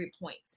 points